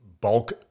bulk